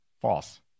False